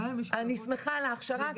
אני שמחה על ההכשרה,